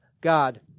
God